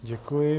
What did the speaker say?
Děkuji.